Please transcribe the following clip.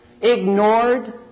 ignored